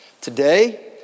Today